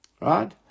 Right